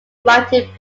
writing